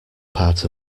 part